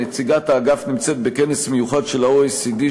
נציגת האגף נמצאת בכנס מיוחד של ה-OECD,